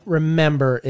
Remember